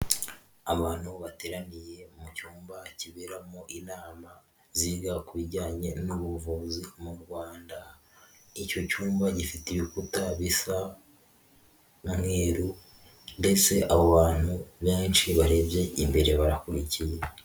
Abantu bateraniye mu cyumba kiberamo inama ziga ku bijyanye n'ubuvuzi mu Rwanda, icyo cyumba gifite ibikuta bisa umweru ndetse abo bantu benshi barebye imbere barakurikiye.